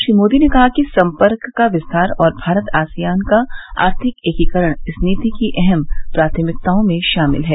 श्री मोदी ने कहा कि संपर्क का विस्तार और भारत आसियान का आर्थिक एकीकरण इस नीति की अहम प्राथमिकताओं में शामिल हैं